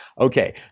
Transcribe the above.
okay